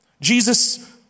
Jesus